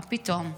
מה פתאום.